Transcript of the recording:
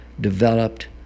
developed